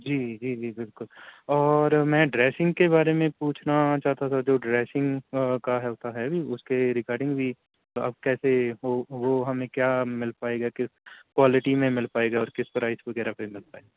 جی جی جی بالکل اور میں ڈریسنگ کے بارے میں پوچھنا چاہتا تھا جو ڈریسنگ کا کا اس کا ہے بھی اس کے ریگارڈنگ بھی اب کیسے ہو وہ ہمیں کیا مل پائے گا کس کوالٹی میں مل پائے گا اور کس پرائس وغیرہ پہ مل پائے گا